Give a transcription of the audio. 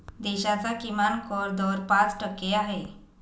देशाचा किमान कर दर पाच टक्के आहे